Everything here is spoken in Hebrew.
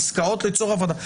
העסקאות ליצור עבודה.